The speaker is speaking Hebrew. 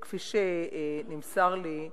כפי שנמסר לי,